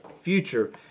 future